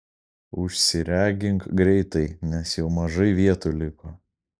užsiregink greitai nes jau mažai vietų liko